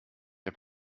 der